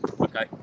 okay